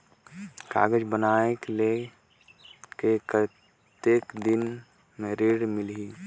कागज बनवाय के कतेक दिन मे ऋण मिलही?